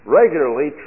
regularly